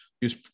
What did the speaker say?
Use